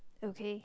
okay